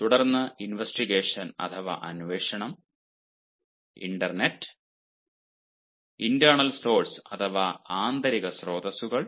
തുടർന്ന് ഇൻവെസ്റ്റിഗേഷൻ അഥവാ അന്വേഷണം ഇന്റർനെറ്റ് ഇന്റെർനൽ സോർസ് അഥവാ ആന്തരിക സ്രോതസ്സുകൾ